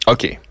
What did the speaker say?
Okay